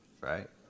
right